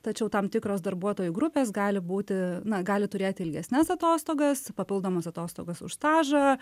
tačiau tam tikros darbuotojų grupės gali būti na gali turėti ilgesnes atostogas papildomos atostogos už stažą